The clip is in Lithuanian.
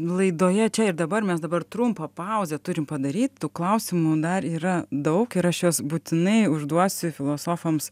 laidoje čia ir dabar mes dabar trumpą pauzę turim padaryt tų klausimų dar yra daug ir aš juos būtinai užduosiu filosofams